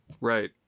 Right